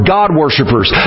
God-worshippers